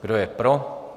Kdo je pro?